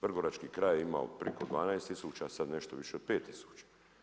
Vrgorački kraj je imao preko 12000, sad nešto više od 5000.